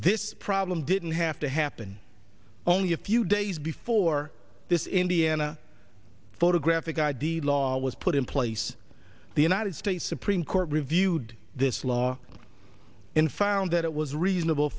this problem didn't have to happen only a few days before this indiana photographic id law was put in place the united states supreme court reviewed this law law and found that it was reasonable